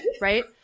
right